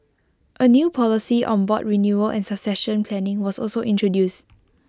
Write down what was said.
A new policy on board renewal and succession planning was also introduced